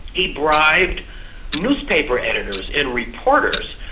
he bribed newspaper editors and reporters,